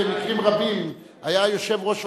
במקרים רבים היה יושב-ראש,